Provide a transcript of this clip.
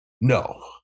no